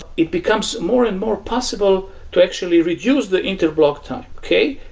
it becomes more and more possible to actually reduce the interblock time, okay?